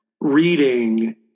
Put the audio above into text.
reading